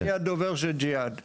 אני הדובר של ג'יהאד.